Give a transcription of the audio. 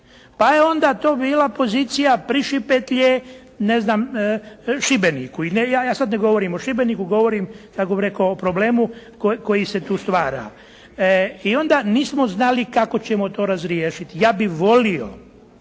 Pa je onda to bila pozicija … /Govornik se ne razumije./ … ne znam Šibeniku. I ne, ja sad ne govorim o Šibeniku. Govorim, kako bih rekao o problemu koji se tu stvara. I onda nismo znali kako ćemo to razriješiti. Ja bih volio